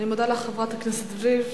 אני מודה לך, חברת הכנסת וילף.